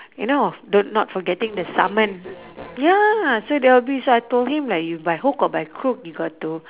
you know the not forgetting the summon ya so there will be so I told him like you by hook or by crook you got to